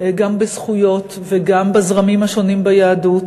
גם בזכויות, וגם בזרמים השונים ביהדות,